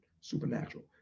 supernatural